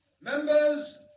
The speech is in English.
Members